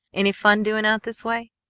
any fun doing out this way?